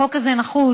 החוק הזה נחוץ,